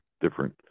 different